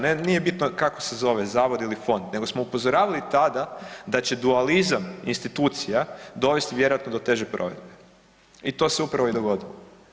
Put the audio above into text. Ne nije bitno kako se zove zavod ili fond nego smo upozoravali tada da će dualizam institucija dovesti vjerojatno do teže provedbe i to se upravo i dogodilo.